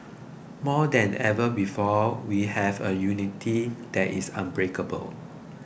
more than ever before we have a unity that is unbreakable